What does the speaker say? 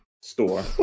store